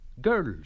girls